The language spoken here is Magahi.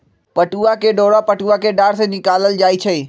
पटूआ के डोरा पटूआ कें डार से निकालल जाइ छइ